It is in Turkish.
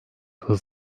hız